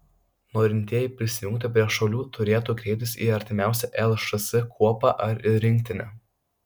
norintieji prisijungti prie šaulių turėtų kreiptis į artimiausią lšs kuopą ar rinktinę